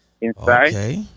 inside